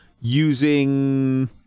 using